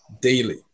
daily